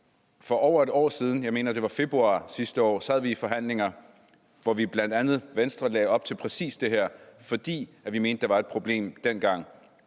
For over et år siden – jeg mener, det var i februar sidste år – sad vi i forhandlinger, hvor bl.a. Venstre lagde op til præcis det her, fordi vi dengang mente, der var et problem, og